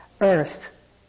earth